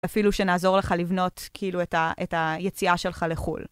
אפילו שנעזור לך לבנות, כאילו, את היציאה שלך לחו"ל.